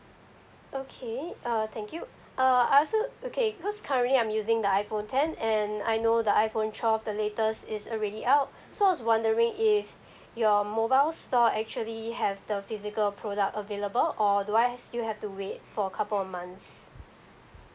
okay uh thank you uh I'll still okay because currently I'm using the iphone ten and I know the iphone twelve the latest is already out so I was wondering if your mobile store actually have the physical product available or do I still have to wait for a couple of months